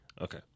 Okay